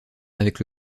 avec